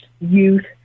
youth